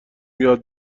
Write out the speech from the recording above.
یاد